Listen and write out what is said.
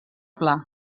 pla